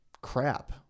crap